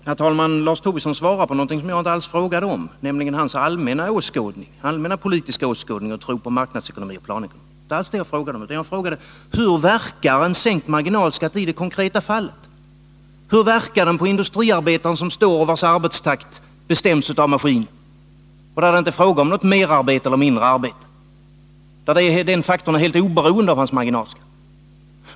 Herr talman! Lars Tobisson svarar på någonting som jag inte alls frågade om, nämligen hans allmänna politiska åskådning och tro på marknadsekonomi. Jag frågade: Hur verkar en sänkt marginalskatt i det konkreta fallet? tiska åtgärder tiska åtgärder Hur verkar den på industriarbetaren vars arbetstakt bestäms av maskiner, där det inte är fråga om något merarbete eller mindre arbete? Den faktorn är helt oberoende av hans marginalskatt.